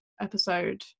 episode